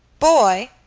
boy!